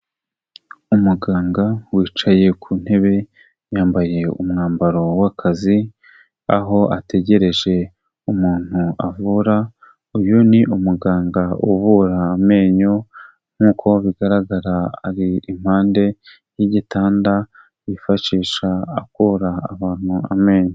Umuganga wicaye ku ntebe, yambaye umwambaro w'akazi, aho ategereje umuntu avura, uyu ni umuganga uvura amenyo nk'uko bigaragara ari impande y'igitanda, yifashisha akura abantu amenyo.